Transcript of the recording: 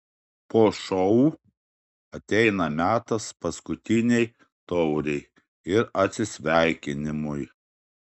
po šou ateina metas paskutinei taurei ir atsisveikinimui